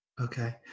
okay